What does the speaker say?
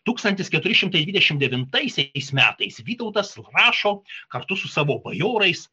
tūkstantis keturi šimtai dvidešimt devintaisiais metais vytautas rašo kartu su savo bajorais